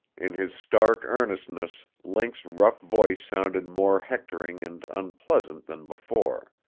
in his stark earnestness, link's rough voice sounded more hectoring and unpleasant than before.